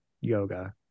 yoga